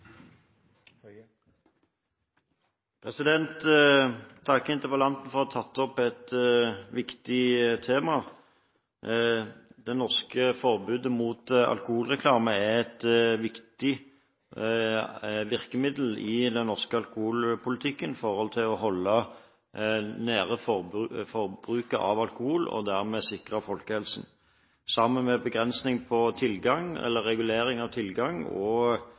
et viktig virkemiddel i den norske alkoholpolitikken når det gjelder å holde forbruket av alkohol nede og dermed sikre folkehelsen, sammen med regulering av tilgang og regulering av